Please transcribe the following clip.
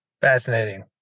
fascinating